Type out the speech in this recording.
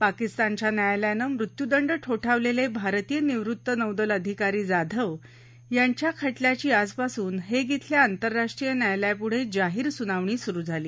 पाकिस्तानच्या न्यायालयानं मृत्यूदंड ठोठावलेले भारतीय निवृत्त नौदल अधिकारी जाधव यांच्या खटल्याची आजपासून हेग शिल्या आतंरराष्ट्रीय न्यायालयापुढे जाहीर सुनावणी सुरु झाली